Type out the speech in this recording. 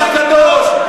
שהוא לא דבר קדוש?